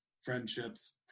friendships